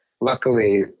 Luckily